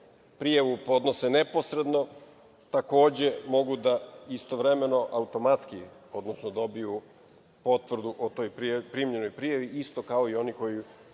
prijavu podnose neposredno, takođe mogu da istovremeno, automatski dobiju potvrdu o primljenoj prijavi, isto kao i oni koji